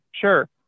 Sure